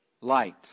light